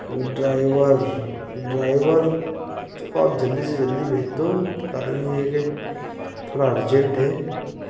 driver driver को आप जल्दी से जल्दी भेज दो कारण यह है के थोड़ा अर्जेंट है